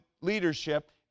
leadership